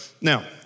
now